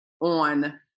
on